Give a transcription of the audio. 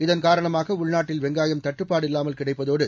இதன் காரணமாக உள்நாட்டில் வெங்காயம் தட்டுப்பாடு இல்லாமல் கிடைப்பதோடு